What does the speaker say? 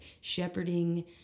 shepherding